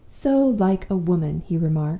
so like a woman he remarked,